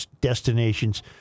destinations